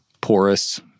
porous